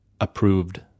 approved